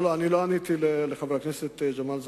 לא עניתי לחבר הכנסת ג'מאל זחאלקה.